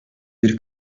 bir